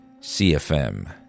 CFM